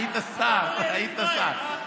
היית שר, היית שר.